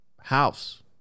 house